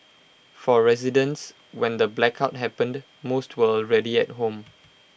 for residents when the blackout happened most were already at home